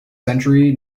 century